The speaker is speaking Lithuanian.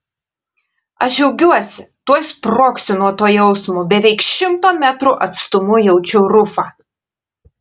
aš džiaugiuosi tuoj sprogsiu nuo to jausmo beveik šimto metrų atstumu jaučiu rufą